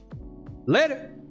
later